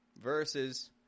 Versus